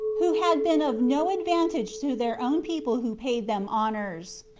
who had been of no advantage to their own people who paid them honors,